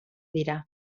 dira